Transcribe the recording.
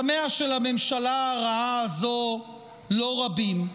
ימיה של הממשלה הרעה הזו לא רבים.